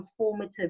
transformative